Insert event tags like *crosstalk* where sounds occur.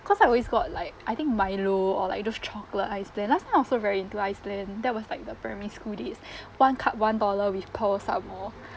cause I always got like I think milo or like those chocolate ice then last time I also very into ice blend that was like the primary school days *breath* one cup one dollar with pearls some more